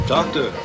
Doctor